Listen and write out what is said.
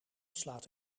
slaat